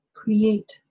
Create